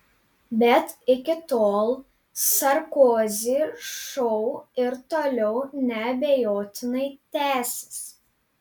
bet iki tol sarkozy šou ir toliau neabejotinai tęsis